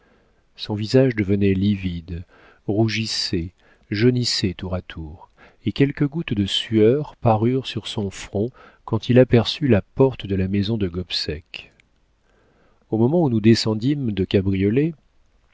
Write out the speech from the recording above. son visage devenait livide rougissait jaunissait tour à tour et quelques gouttes de sueur parurent sur son front quand il aperçut la porte de la maison de gobseck au moment où nous descendîmes de cabriolet